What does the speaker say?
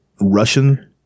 Russian